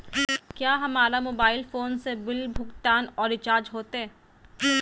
क्या हमारा mobile phone से बिल भुगतान और रिचार्ज होते?